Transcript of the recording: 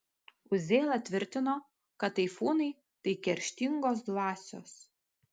uzėla tvirtino kad taifūnai tai kerštingos dvasios